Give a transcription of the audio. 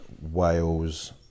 Wales